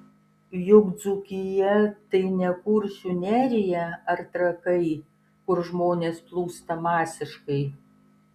juk dzūkija tai ne kuršių nerija ar trakai kur žmonės plūsta masiškai